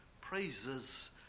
praises